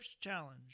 Challenge